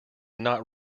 not